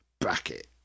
bracket